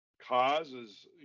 causes